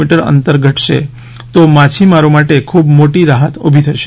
મી અંતર ઘટશે તો માછીમારી માટે ખૂબ મોટી રાહત ઊભી થશે